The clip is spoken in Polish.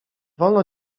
wolno